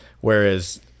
Whereas